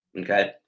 Okay